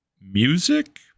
music